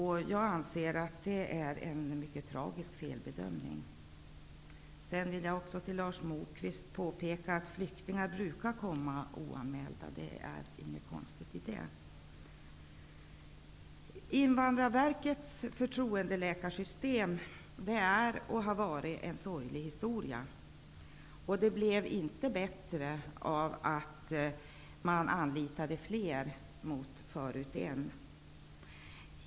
Jag anser att det är en mycket tragisk felbedömning. För Lars Moquist vill jag påpeka att flyktingar brukar komma oanmälda. Det är inget konstigt med det. Invandrarverkets förtroendeläkarsystem är och har varit en sorglig historia. Det blev inte bättre av att man började anlita flera läkare mot tidigare en.